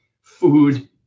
food